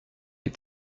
les